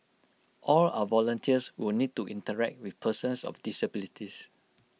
all our volunteers will need to interact with persons of disabilities